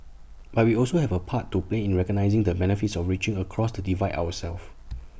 but we also have A part to play in recognising the benefits of reaching across the divide ourselves